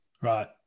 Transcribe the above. Right